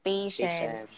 Patience